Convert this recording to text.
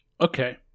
Okay